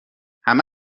همه